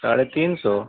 ساڑھے تین سو